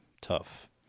Tough